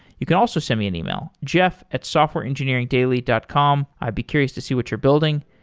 you can also send me an email, jeff at softwareengineeringdaily dot com. i'd be curious to see what you're building.